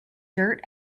dirt